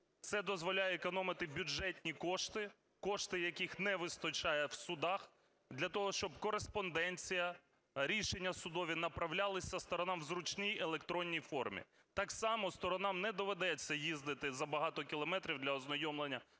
Це дозволяє економити бюджетні кошти, кошти, яких не вистачає в судах, для того, щоб кореспонденція, рішення судові направлялися сторонам в зручній електронній формі. Так само сторонам не доведеться їздити за багато кілометрів для ознайомлення